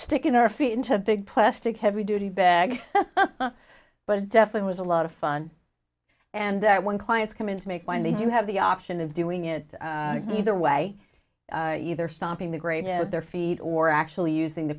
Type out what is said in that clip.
sticking our feet into a big plastic heavy duty bag but it definitely was a lot of fun and when clients come in to make wine they do have the option of doing it either way either stopping the great their feet or actually using the